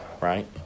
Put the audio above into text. right